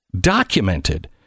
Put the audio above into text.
documented